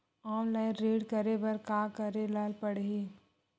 Online ऋण करे बर का करे ल पड़हि?